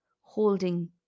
holding